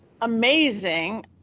amazing